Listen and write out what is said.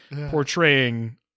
portraying